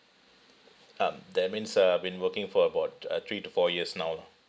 um that means uh I've been working for about uh three to four years now lah